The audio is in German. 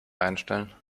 einstellen